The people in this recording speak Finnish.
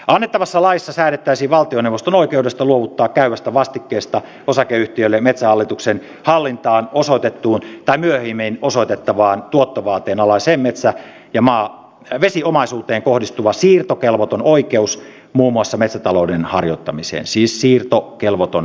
annettavassa laissa säädettäisiin valtioneuvoston oikeudesta luovuttaa käyvästä vastikkeesta osakeyhtiölle metsähallituksen hallintaan osoitettuun tai myöhemmin osoitettavaan tuottovaateen alaiseen maa ja vesiomaisuuteen kohdistuva siirtokelvoton oikeus muun muassa metsätalouden harjoittamiseen siis siirtokelvoton oikeus